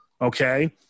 okay